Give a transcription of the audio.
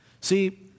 See